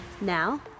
Now